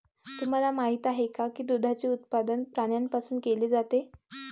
तुम्हाला माहित आहे का की दुधाचे उत्पादन प्राण्यांपासून केले जाते?